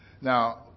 Now